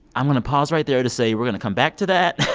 i'm going to pause right there to say we're going to come back to that.